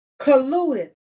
colluded